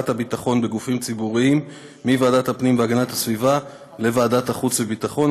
הביטחון בגופים ציבוריים מוועדת הפנים והגנת הסביבה לוועדת החוץ והביטחון.